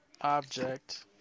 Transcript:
object